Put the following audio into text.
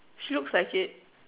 she looks like it